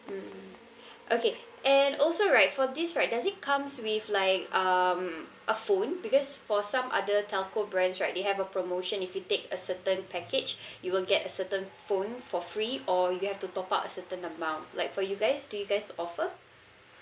mm okay and also right for this right does it comes with like um a phone because for some other telco brands right they have a promotion if you take a certain package you will get a certain phone for free or you have to top up a certain amount like for you guys do you guys offer